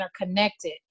interconnected